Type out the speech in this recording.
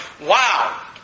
wow